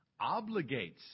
obligates